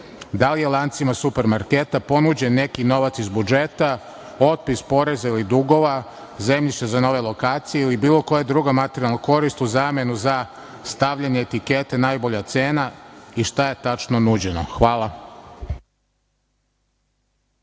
Da li je lancima super marketa ponuđen neki novac iz budžeta, otpis poreza ili dugova, zemljište za nove lokacije ili bilo koja druga materijalna korist u zamenu za stavljanje etikete „najbolja cena“ i šta je tačno nuđeno? Hvala.